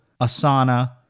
Asana